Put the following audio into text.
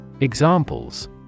Examples